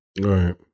Right